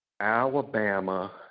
Alabama